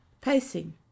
pacing